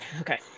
Okay